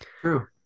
True